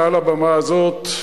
מעל הבמה הזאת,